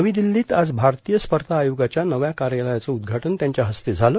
नवी दिल्लीत आज भारतीय स्पर्धा आयोगाच्या नव्या कार्यालयाचे उद्घाटन त्यांच्या हस्ते झाले